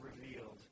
revealed